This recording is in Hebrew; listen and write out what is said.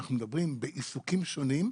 כשאנחנו מדברים בעיסוקים שונים,